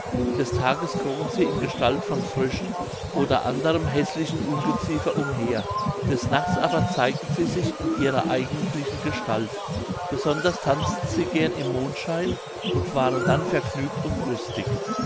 des tages krochen sie in gestalt von fröschen oder anderem häßlichen ungeziefer umher des nachts aber zeigten sie sich in ihrer eigentlichen gestalt besonders tanzten sie gern im mondschein und waren dann vergnügt und lustig